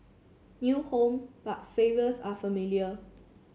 new home but flavors are familiar